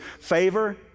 favor